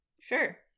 Sure